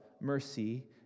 mercy